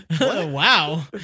Wow